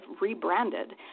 rebranded